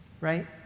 right